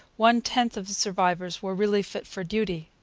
one-tenth of the survivors, were really fit for duty.